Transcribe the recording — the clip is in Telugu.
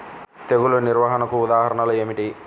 తెగులు నిర్వహణకు ఉదాహరణలు ఏమిటి?